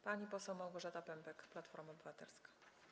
Pani poseł Małgorzata Pępek, Platforma Obywatelska.